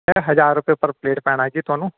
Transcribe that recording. sir ਹਜ਼ਾਰ ਰੁਪਏ ਪਰ ਪਲੇਟ ਪੈਣਾ ਹੈ ਜੀ ਤੁਹਾਨੂੰ